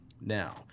Now